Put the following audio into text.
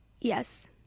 Yes